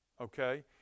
Okay